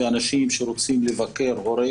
ואנשים שרוצים לבקר הורה,